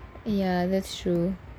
ya that's true